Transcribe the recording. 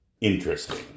interesting